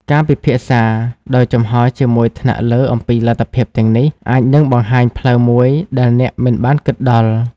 ការពិភាក្សាដោយចំហរជាមួយថ្នាក់លើអំពីលទ្ធភាពទាំងនេះ អាចនឹងបង្ហាញផ្លូវមួយដែលអ្នកមិនបានគិតដល់។